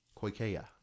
Koikea